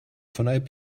von